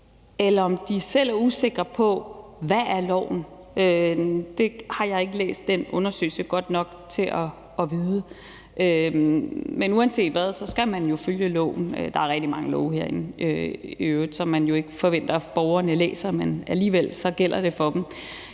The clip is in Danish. eller om de selv er usikre på, hvad loven er. Det har jeg ikke læst den undersøgelse godt nok til at vide. Men uanset hvad, skal man jo følge loven. Der er i øvrigt rigtig mange love herinde, som man jo ikke forventer at borgerne læser, men som alligevel gælder for dem.